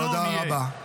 תודה רבה, תודה רבה.